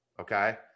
okay